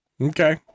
Okay